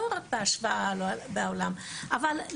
לא רק בהשוואה לעולם, אלא לעצמה,